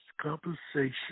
compensation